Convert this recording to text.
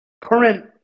current